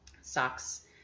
socks